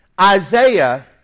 Isaiah